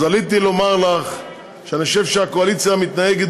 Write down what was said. אז עליתי לומר לך שאני חושב שהקואליציה מתנהגת